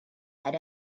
had